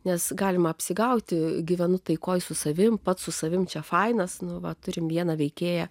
nes galima apsigauti gyvenu taikoje su savimi pats su savimi čia fainas nu va turime vieną veikėją